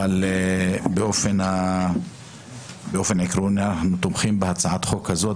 אבל באופן עקרוני אנחנו תומכים בהצעת החוק הזאת